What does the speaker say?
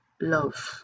love